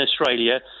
Australia